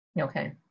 Okay